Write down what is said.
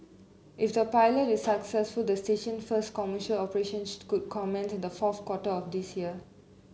if the pilot is successful the station first commercial operations could comment in the fourth quarter of this year